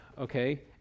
okay